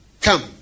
Come